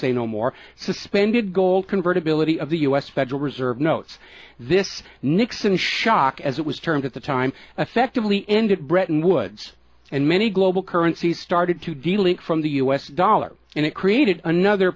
say no more suspended gold convert ability of the u s federal reserve notes this nixon shock as it was termed at the time effectively ended bretton woods and many global currency started to delete from the u s dollar and it created another